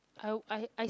I I I